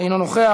אינו נוכח,